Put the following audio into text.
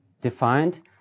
defined